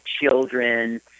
children